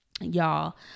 Y'all